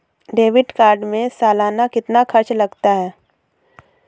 Debit card में सालाना कितना खर्च लगता है?